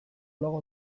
bloga